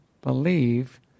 believe